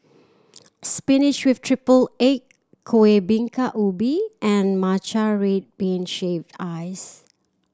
spinach with triple egg Kuih Bingka Ubi and Matcha red bean shaved ice